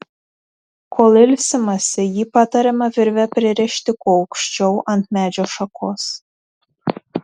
kol ilsimasi jį patariama virve pririšti kuo aukščiau ant medžio šakos